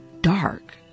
dark